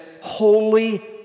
holy